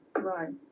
Right